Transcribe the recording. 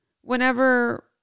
whenever